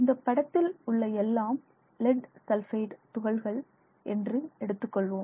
இந்த படத்தில் உள்ள எல்லாம் லெட் சல்பைட் துகள்கள் என்று எடுத்துக்கொள்வோம்